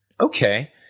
Okay